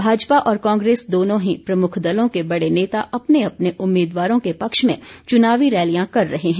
भाजपा और कांग्रेस दोनों ही प्रमुख दलों के बड़े नेता अपने अपने उम्मीदवारों के पक्ष में चुनावी रैलियां कर रहे हैं